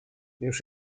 już